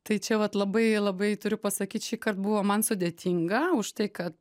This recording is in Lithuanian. tai čia vat labai labai turiu pasakyt šįkart buvo man sudėtinga už tai kad